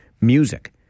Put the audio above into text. Music